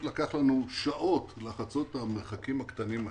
לקח לנו שעות לחצות את המרחקים הקטנים האלה.